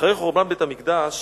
אחרי חורבן בית-המקדש